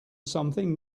something